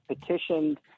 petitioned